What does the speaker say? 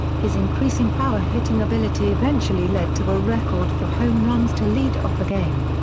his increasing power-hitting ability eventually led to a record for home runs to lead off a game.